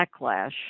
backlash